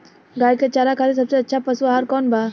गाय के चारा खातिर सबसे अच्छा पशु आहार कौन बा?